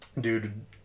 dude